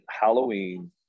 Halloween